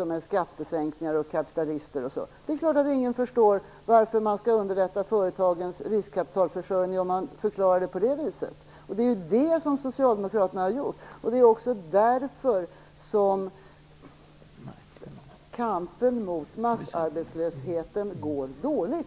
om skattesänkningar och kapitalister. Det är klart att ingen förstår varför man skall underlätta företagens riskkapitalförsörjning om man förklarar det på det viset. Det är det socialdemokraterna har gjort, och det är också därför som kampen mot massarbetslösheten går dåligt.